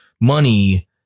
money